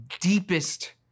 deepest